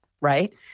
right